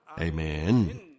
Amen